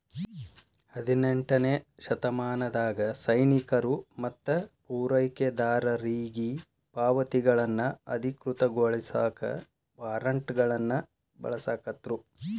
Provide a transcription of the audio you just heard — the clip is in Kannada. ಹದಿನೆಂಟನೇ ಶತಮಾನದಾಗ ಸೈನಿಕರು ಮತ್ತ ಪೂರೈಕೆದಾರರಿಗಿ ಪಾವತಿಗಳನ್ನ ಅಧಿಕೃತಗೊಳಸಾಕ ವಾರ್ರೆಂಟ್ಗಳನ್ನ ಬಳಸಾಕತ್ರು